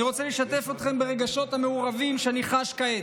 אני רוצה לשתף אתכם ברגשות המעורבים שאני חש כעת,